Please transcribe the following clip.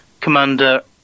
Commander